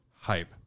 Hype